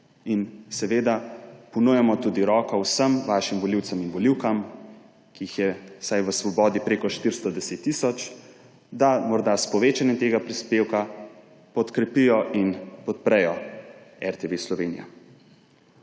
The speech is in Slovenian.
Seveda ponujamo tudi roko vsem vašim volivcem in volivkam, ki jih je vsaj s Svobodi preko 410 tisoč, da morda s povečanjem tega prispevka podkrepijo in podprejo RTV Slovenija.